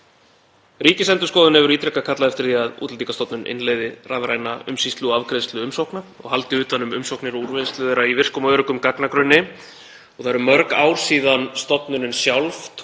Það eru mörg ár síðan stofnunin sjálf tók undir þetta og skilgreindi það sem lykilverkefnið hjá sér að ráðast í einmitt slíkar aðgerðir.